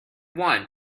one